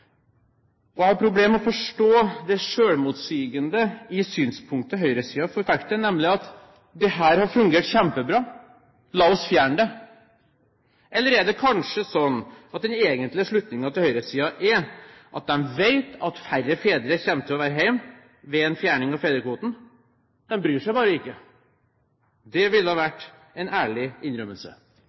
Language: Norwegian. fedrekvote. Jeg har problemer med å forstå det selvmotsigende i synspunktet høyresiden forfekter, nemlig at dette har fungert kjempebra, la oss fjerne det! Eller er det kanskje slik at den egentlige slutningen til høyresiden er at de vet at færre fedre kommer til å være hjemme ved en fjerning av fedrekvoten, de bryr seg bare ikke? Det ville vært en ærlig innrømmelse.